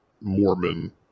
Mormon